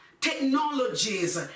technologies